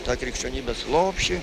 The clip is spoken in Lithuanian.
tą krikščionybės lopšį